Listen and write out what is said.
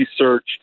research